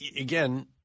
again